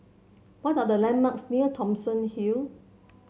what are the landmarks near Thomson Hill